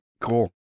cool